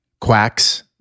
quacks